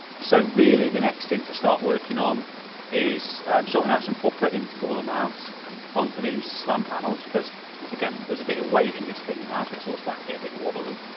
so really the next thing to start working on is sorting out some upper intercooler mount so onto the slam panel because there's a bit of weight in this thing now. so it's all started get a bit wobbly